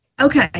Okay